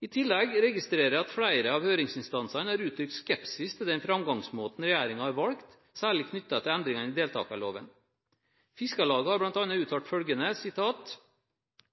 I tillegg registrerer jeg at flere av høringsinstansene har uttrykt skepsis til den framgangsmåten regjeringen har valgt, særlig knyttet til endringene i deltakerloven. Fiskarlaget har bl.a. uttalt følgende: